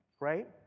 Right